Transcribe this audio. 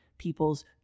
people's